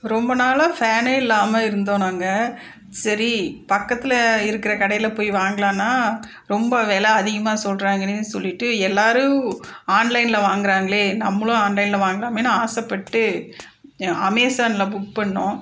ரொம்ப நாளாக ஃபேனே இல்லாமல் இருந்தோம் நாங்கள் சரி பக்கத்தில் இருக்கிற கடையில் போய் வாங்கலாம்னா ரொம்ப வெலை அதிகமாக சொல்றாங்களேனு சொல்லிட்டு எல்லாரும் ஆன்லைனில் வாங்குகிறாங்களே நம்மளும் ஆன்லைனில் வாங்கலாமேன்னு ஆசைப்பட்டு அமேசானில் புக் பண்ணிணோம்